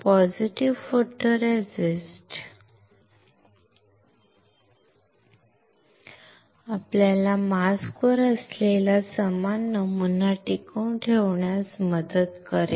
positive photoresist आपल्याला mask वर असलेला समान नमुना टिकवून ठेवण्यास मदत करेल